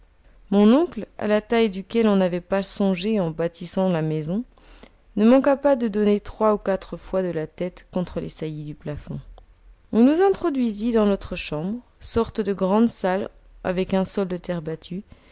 mon oncle à la taille duquel on n'avait pas songé en bâtissant la maison ne manqua pas de donner trois ou quatre fois de la tête contre les saillies du plafond on nous introduisit dans notre chambre sorte de grande salle avec un sol de terre battue